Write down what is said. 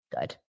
good